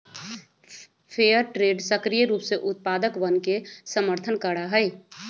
fair trade सक्रिय रूप से उत्पादकवन के समर्थन करा हई